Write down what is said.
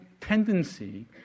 tendency